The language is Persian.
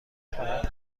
فقط